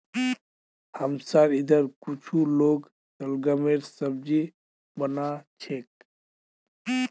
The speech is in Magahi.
हमसार इधर कुछू लोग शलगमेर सब्जी बना छेक